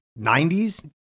90s